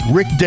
Rick